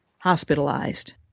Hospitalized